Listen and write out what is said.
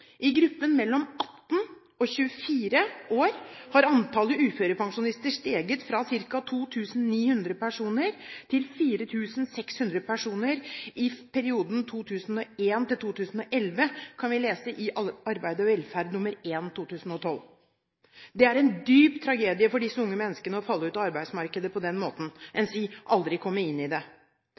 I gruppen mellom 18 og 24 år har antallet uførepensjonister steget fra ca. 2 900 personer til 4 600 personer i perioden 2001–2011, kan vi lese i Arbeid og velferd nr. 1/2012. Det er en dyp tragedie for disse unge menneskene å falle ut av arbeidsmarkedet på den måten, enn si aldri komme inn i det.